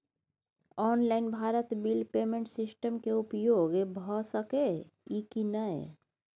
Online Bharat bill payment system के उपयोग भ सके इ की नय?